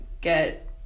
get